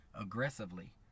aggressively